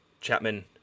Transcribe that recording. Chapman